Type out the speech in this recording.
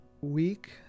week